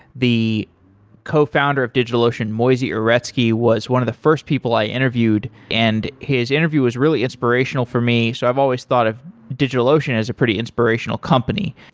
the cofounder of digitalocean, moisey uretsky, was one of the first people i interviewed, and his interview was really inspirational for me. so i've always thought of digitalocean as a pretty inspirational company.